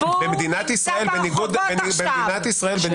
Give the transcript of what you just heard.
במדינת ישראל בניגוד- -- הציבור נמצא ברחוב עכשיו.